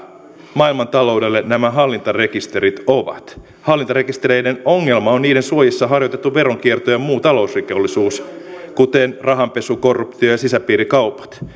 maailmantaloudelle nämä hallintarekisterit ovat hallintarekistereiden ongelma on niiden suojissa harjoitettu veronkierto ja muu talousrikollisuus kuten rahanpesu korruptio ja sisäpiirikaupat